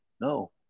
no